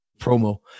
promo